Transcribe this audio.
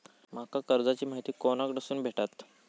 माका कर्जाची माहिती कोणाकडसून भेटात?